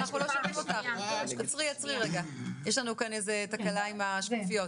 אצלי זה עוד תקוע בקודמת.